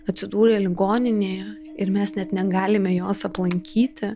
atsidūrė ligoninėje ir mes net negalime jos aplankyti